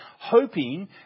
hoping